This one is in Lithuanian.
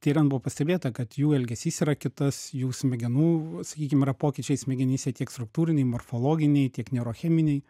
tiriant buvo pastebėta kad jų elgesys yra kitas jų smegenų sakykim yra pokyčiai smegenyse tiek struktūriniai morfologiniai tiek neurocheminiai